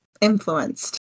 influenced